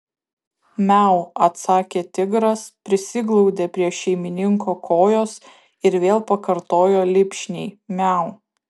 miau atsakė tigras prisiglaudė prie šeimininko kojos ir vėl pakartojo lipšniai miau